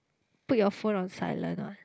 put your phone on silent what